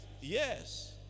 Yes